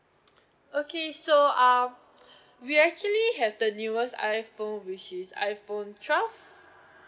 okay so um we actually have the newest iPhone which is iPhone twelve